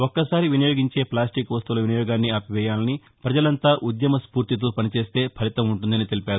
ఒక్కసారి వినియోగించే ఫ్లాస్టిక్ వస్తువుల వినియోగాన్ని ఆపివేయాలని ప్రజలంతా ఉద్యమ స్పూర్తితో పనిచేస్తే ఫలితం ఉంటుందని తెలిపారు